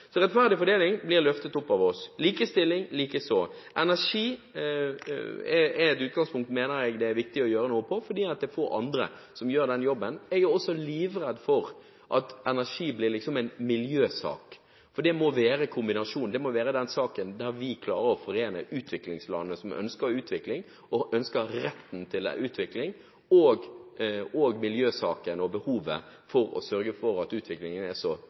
Rettferdig fordeling blir løftet opp av oss, og likestilling likeså. Når det gjelder energi, mener jeg det er viktig å gjøre noe, for det er få andre som gjør den jobben. Jeg er også livredd for at energi blir en miljøsak. Det må være en kombinasjon, det må være den saken der vi klarer å forene utviklingslandene som ønsker utvikling og retten til utvikling, og miljøsaken og behovet for å sørge for at utviklingen er så